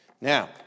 Now